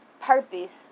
purpose